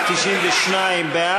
אז 92 בעד.